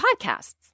podcasts